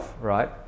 right